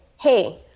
hey